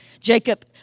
Jacob